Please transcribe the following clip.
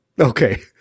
Okay